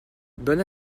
bonne